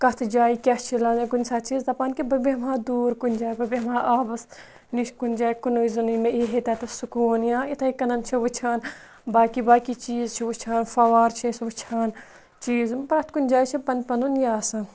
کَتھ جایہِ کیٛاہ چھِ لَگان کُنہِ ساتہٕ چھِ أسۍ دَپان کہِ بہٕ بیٚہمہٕ ہا دوٗر کُنہِ جایہِ بہٕ بیٚہمہٕ ہا آبَس نِش کُنہِ جایہِ کُنہِ وِزِ مےٚ یِیہِ ہے تَتھ سکوٗن یا یِتھٕے کٔنۍ چھُ وُچھان باقٕے باقٕے چیٖز چھِ وُچھان فنٛوار چھِ أسۍ وُچھان چیٖز پرٛتھ کُنہِ جایہِ چھِ پَنُن پَنُن یہِ آسان